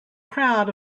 crowd